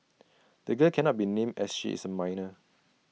the girl cannot be named as she is A minor